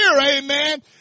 amen